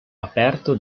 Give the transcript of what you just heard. aperto